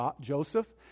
Joseph